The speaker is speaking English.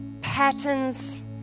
patterns